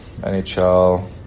NHL